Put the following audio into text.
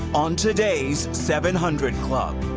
on today's seven hundred club.